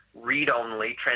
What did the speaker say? read-only